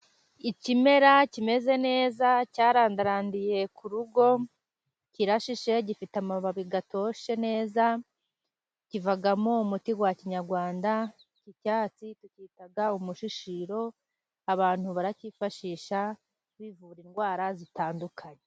Ikimera kimeze neza cyarandarandiye ku rugo, kirashishe, gifite amababi atoshye neza, kivamo umuti wa kinyarwanda, icyatsi tukita umushishiro, abantu barakifashisha bivura indwara zitandukanye.